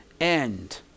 end